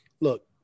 look